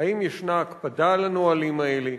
האם ישנה הקפדה על הנהלים האלה?